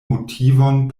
motivon